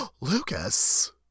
Lucas